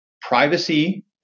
privacy